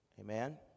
Amen